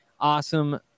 awesome